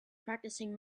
practicing